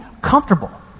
comfortable